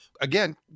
Again